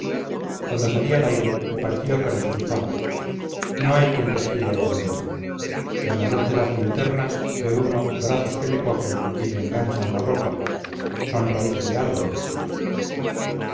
cuando salí al aire me pareció que resucitaba no hay quien respire allá dentro y a la luz de las linternas ve uno brazos que le cogen y le enganchan la ropa son raíces de árboles